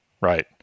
right